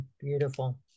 Beautiful